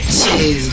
two